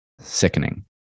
sickening